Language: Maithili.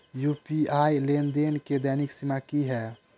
यु.पी.आई लेनदेन केँ दैनिक सीमा की है?